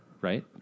right